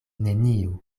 neniu